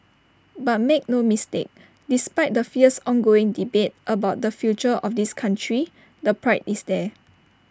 but make no mistake despite the fierce ongoing debate about the future of this country the pride is there